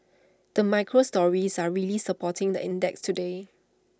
the micro stories are really supporting the index today